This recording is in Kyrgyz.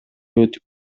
өтүп